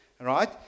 right